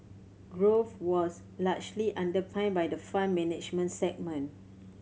growth was largely underpinned by the Fund Management segment